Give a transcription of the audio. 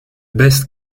best